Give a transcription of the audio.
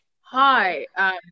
Hi